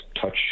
touch